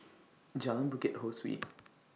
Jalan Bukit Ho Swee